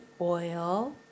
oil